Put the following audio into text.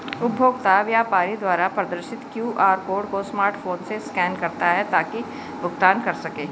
उपभोक्ता व्यापारी द्वारा प्रदर्शित क्यू.आर कोड को स्मार्टफोन से स्कैन करता है ताकि भुगतान कर सकें